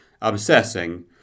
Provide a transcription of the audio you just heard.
obsessing